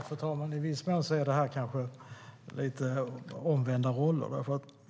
Fru talman! I viss mån är detta lite av omvända roller.